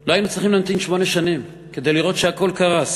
לא היינו צריכים להמתין שמונה שנים כדי לראות שהכול קרס,